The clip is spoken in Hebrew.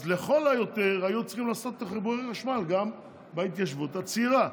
אז לכל היותר היו צריכים לעשות את חיבורי החשמל גם בהתיישבות הצעירה.